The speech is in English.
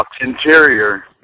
Interior